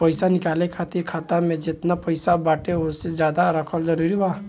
पईसा निकाले खातिर खाता मे जेतना पईसा बाटे ओसे ज्यादा रखल जरूरी बा?